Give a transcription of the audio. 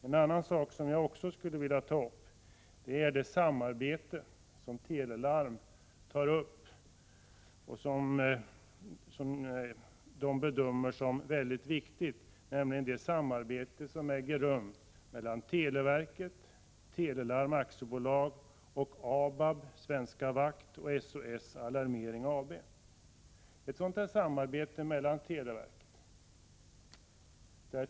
Jag vill också ta upp något som av Tele Larm bedöms som mycket viktigt, nämligen det samarbete som äger rum mellan televerket, Tele Larm AB, ABAB, Svenska Vakt AB och SOS Alarmering AB.